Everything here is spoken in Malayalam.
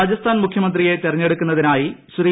രാജസ്ഥാൻ മുഖ്യമന്ത്രിയെ തെരഞ്ഞെടുക്കാനായി ശ്രീ